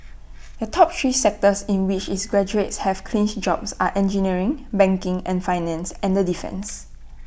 the top three sectors in which its graduates have clinched jobs are engineering banking and finance and defence